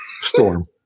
storm